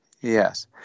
Yes